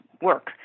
work